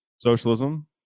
socialism